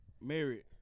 Married